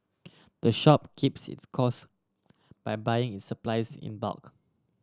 the shop keeps its cost by buying its supplies in bulk